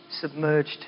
submerged